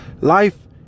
life